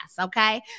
Okay